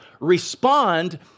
respond